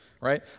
right